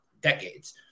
decades